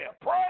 Pray